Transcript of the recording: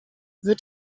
wird